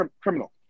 criminal